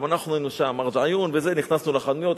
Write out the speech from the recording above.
גם אנחנו היינו שם, מרג'-עיון, נכנסנו לחנויות.